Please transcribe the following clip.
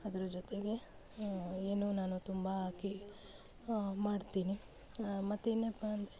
ಅದ್ರ ಜೊತೆಗೆ ಏನು ನಾನು ತುಂಬ ಹಾಕಿ ಮಾಡ್ತೀನಿ ಮತ್ತೇನಪ್ಪ ಅಂದರೆ